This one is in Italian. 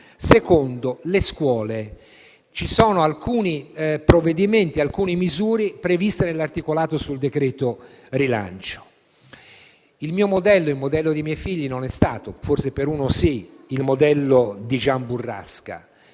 riguarda le scuole. Ci sono alcune misure previste nell'articolato del decreto rilancio. Il mio modello, il modello dei miei figli non è stato - forse per uno sì - il modello di Gian Burrasca,